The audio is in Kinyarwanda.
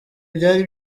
byari